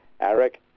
Eric